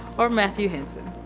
or matthew henson,